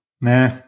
Nah